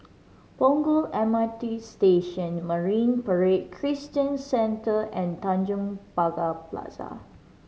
Punggol M R T Station Marine Parade Christian Centre and Tanjong Pagar Plaza